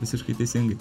visiškai teisingai